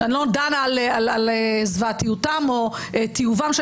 שאני לא דנה על הזוועה או תיעובם של